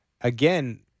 again